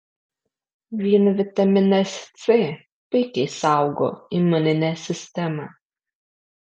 vien vitaminas c puikiai saugo imuninę sistemą